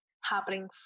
happening